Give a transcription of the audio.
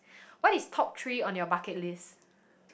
what is top three on your bucket list